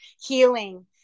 healing